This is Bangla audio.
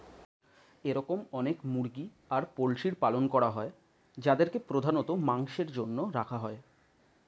এরম অনেক মুরগি আর পোল্ট্রির পালন করা হয় যাদেরকে প্রধানত মাংসের জন্য রাখা হয়